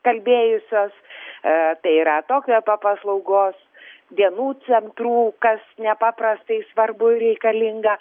kalbėjusios tai yra apie yra atokvėpio paslaugos dienų centrų kas nepaprastai svarbu ir reikalinga